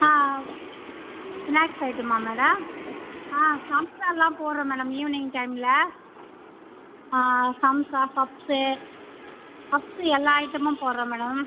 ஆ snacks ஐட்டமா madam ஆ சம்ஸ்ஸாலாம் போடுறோம் மேடம் ஈவ்னிங் டைமில் ஆ சம்ஸ்ஸா பஃப்ஸு பஃப்ஸு எல்லாம் ஐட்டமும் போடுறோம் மேடம்